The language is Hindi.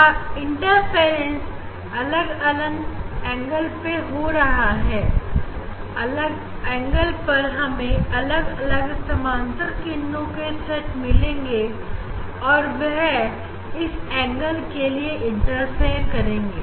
या इंटरफेरेंस अलग अलग एंगल पर हो रहा है अलग एंगल पर हमें अलग अलग समांतर किरणों के सेट मिलेंगे और वह इस एंगल के लिए इंटरफेयर करेंगे